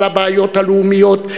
על הבעיות הלאומיות,